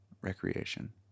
recreation